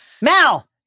Mal